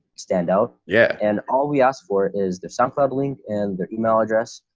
stand out. yeah. and all we ask for is the soundcloud link and their email address.